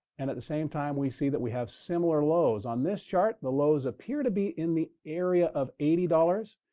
and at the same time, we see that we have similar lows. on this chart, the lows appear to be in the area of eighty dollars.